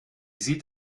sieht